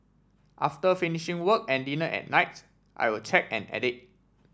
after finishing work and dinner at nights I will check and edit